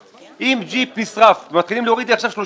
אם ג'יפ נשרף ומתחילים להוריד לי עכשיו 30